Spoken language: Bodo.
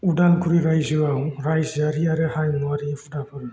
उदालगुरि रायजोआव रायजोआरि आरो हारिमुआरि हुदाफोर